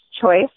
choice